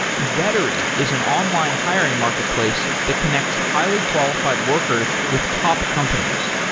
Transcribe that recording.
vettery is an online hiring marketplace to connects highly-qualified workers with top companies.